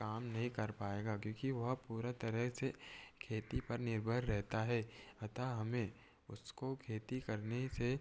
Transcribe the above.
काम नहीं कर पाएगा क्योंकि वह पूरे तरह से खेती पर निर्भर रहता है अतः हमें उसको खेती करने से